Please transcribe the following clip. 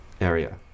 area